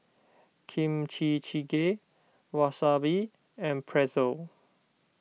Kimchi Jjigae Wasabi and Pretzel